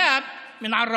להלן תרגומם: איהאב מעראבה,